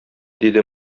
диде